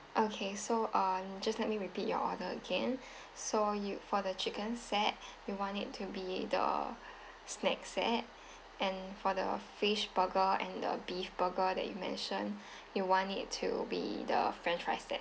okay so on just let me repeat your order again so you for the chicken set you want it to be the snack set and for the fish burger and the beef burger that you mentioned you want it to be the french fries set